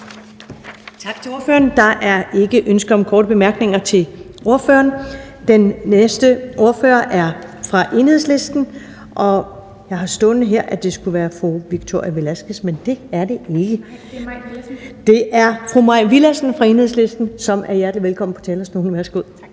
Tak til ordføreren. Der er ikke ønske om korte bemærkninger til ordføreren. Den næste ordfører er fra Enhedslisten, og jeg har stående her, at det skulle være fru Victoria Velasquez, men det er det ikke. Det er fru Mai Villadsen fra Enhedslisten, som er hjertelig velkommen på talerstolen. Værsgo.